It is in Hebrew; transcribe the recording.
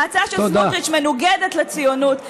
ההצעה של סמוטריץ מנוגדת לציונות,